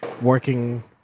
working